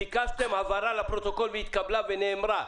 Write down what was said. ביקשתם הבהרה לפרוטוקול והתקבלה ונאמרה,